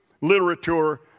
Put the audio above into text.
literature